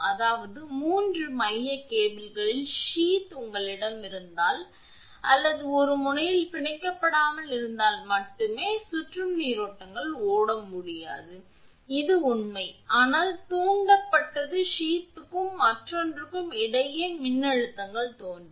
அதாவது 3 ஒற்றை மைய கேபிள்களின் சீத் உங்களிடம் இருந்தால் அல்லது ஒரு முனையில் பிணைக்கப்படாமல் இருந்தால் மட்டுமே சுற்றும் நீரோட்டங்கள் ஓட முடியாது இது உண்மை ஆனால் தூண்டப்பட்டது சீத்க்கும் மற்றொன்றுக்கும் இடையே மின்னழுத்தங்கள் தோன்றும்